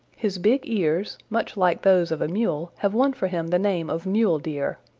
his big ears, much like those of a mule, have won for him the name of mule deer.